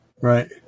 Right